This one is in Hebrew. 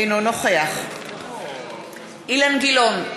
אינו נוכח אילן גילאון,